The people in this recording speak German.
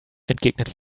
entgegnet